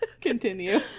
Continue